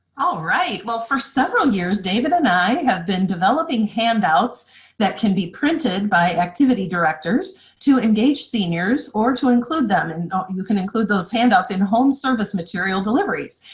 all right, well, for several years david and i have been developing handouts that can be printed by activity directors to engage seniors or to include them. and you can include those handouts in home service material deliveries.